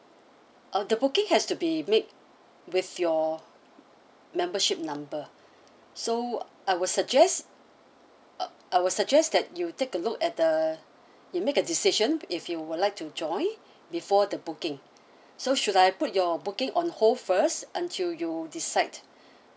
oh the booking has to be made with your membership number so I will suggest uh I will suggest that you take a look at the you make a decision if you would like to join before the booking so should I put your booking on hold first until you'll decide